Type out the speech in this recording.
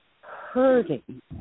hurting